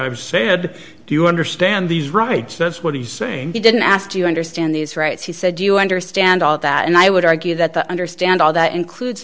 i've said do you understand these rights that's what he's saying he didn't ask do you understand these rights he said you understand all that and i would argue that the understand all that includes